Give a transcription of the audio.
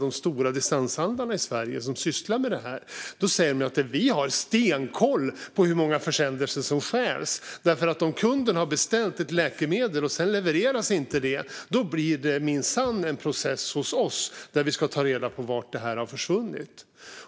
De stora distanshandlarna i Sverige som sysslar med det här säger samtidigt att de har stenkoll på hur många försändelser som stjäls, för om kunden har beställt ett läkemedel och det sedan inte levereras blir det minsann en process hos distanshandlaren som tar reda på vart det försvunnit.